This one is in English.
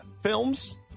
films